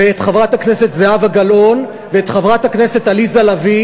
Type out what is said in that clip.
ואת חברת הכנסת זהבה גלאון ואת חברת הכנסת עליזה לביא